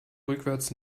rückwarts